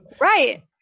Right